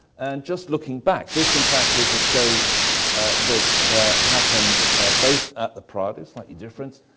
and just looking back, this, in fact, is a show that happened both at the prado, slightly different,